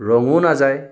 ৰঙো নাযায়